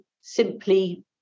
Simply